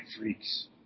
freaks